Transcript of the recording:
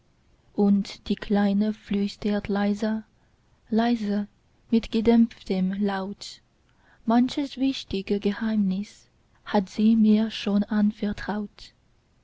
und die kleine flüstert leise leise mit gedämpftem laut manches wichtige geheimnis hat sie mir schon anvertraut